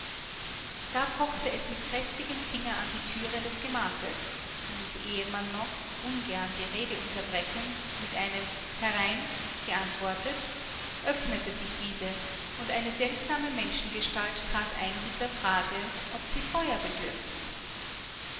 da pochte es mit kräftigem finger an die türe des gemaches und ehe man noch ungern die rede unterbrechend mit einem herein geantwortet öffnete sich diese und eine seltsame menschengestalt trat ein mit der frage ob sie feuer bedürften